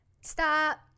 stop